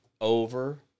over